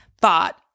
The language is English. thought